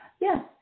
Yes